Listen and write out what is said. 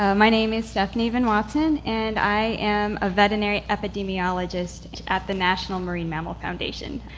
um my name is stephanie venn-watson and i am a veterinary epidemiologist at the national marine mammal foundation.